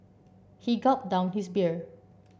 he gulped down his beer